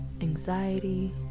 anxiety